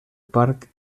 parc